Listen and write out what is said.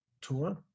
tour